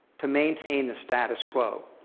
to maintain the status quo.